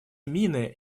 мины